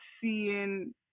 seeing